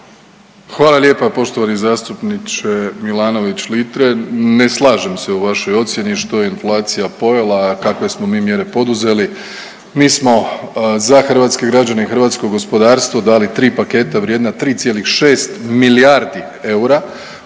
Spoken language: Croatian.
Hvala lijepa poštovani zastupniče Milanović Litre. Ne slažem se u vašoj ocjeni što je inflacija pojela, a kakve smo mi mjere poduzeli. Mi smo za hrvatske građane i hrvatsko gospodarstvo dali 3 paketa vrijedna 3,6 milijardi eura